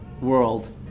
world